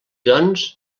doncs